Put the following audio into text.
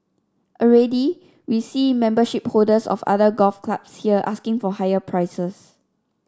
already we see membership holders of other golf clubs here asking for higher prices